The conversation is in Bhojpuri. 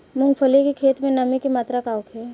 मूँगफली के खेत में नमी के मात्रा का होखे?